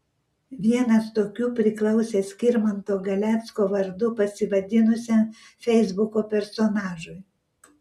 vienas tokių priklausė skirmanto galecko vardu pasivadinusiam feisbuko personažui